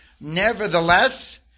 Nevertheless